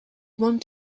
one